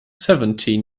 seventeen